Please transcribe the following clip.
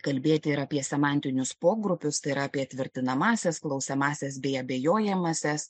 kalbėti ir apie semantinius pogrupius tai yra apie tvirtinamąsias klausiamąsias bei abejojamąsias